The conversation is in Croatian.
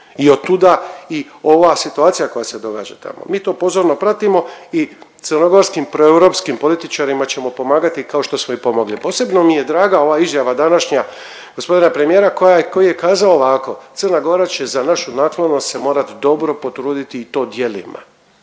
i otuda ova situacija koja se događa tamo. Mi to pozorno pratimo i crnogorskim, proeurpskim političarima ćemo pomagati kao što smo i pomogli. Posebno mi je draga ova izjava današnja g. premijera koji je kazao ovako, Crna Gora će za našu naklonost se morati dobro potruditi i to djelima.